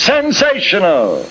Sensational